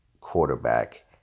quarterback